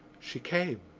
she came.